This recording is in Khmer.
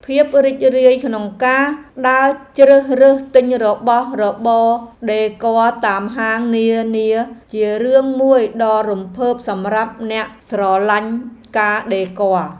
ភាពរីករាយក្នុងការដើរជ្រើសរើសទិញរបស់របរដេគ័រតាមហាងនានាជារឿងមួយដ៏រំភើបសម្រាប់អ្នកស្រឡាញ់ការដេគ័រ។